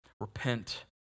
repent